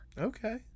Okay